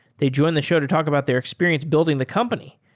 they join the show to talk about their experience building the company,